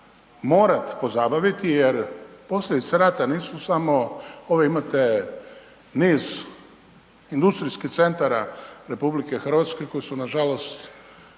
morati pozabaviti jer posljedice rata nisu samo, ove, imate niz industrijskih centara RH koje su nažalost